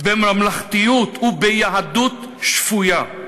בממלכתיות וביהדות שפויה.